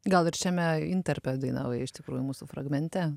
gal ir šiame intarpe dainavai iš tikrųjų mūsų fragmente